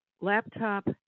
laptop